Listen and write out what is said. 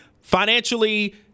financially